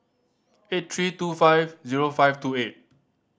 eight three two five zero five two eight